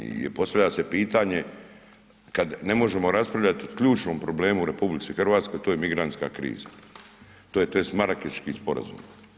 I postavlja se pitanje, kad ne možemo raspravljati o ključnom problemu u RH, to je migranska kriza, to je taj Marakeški sporazum.